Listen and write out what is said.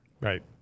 Right